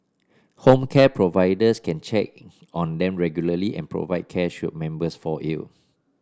home care providers can check on them regularly and provide care should members fall ill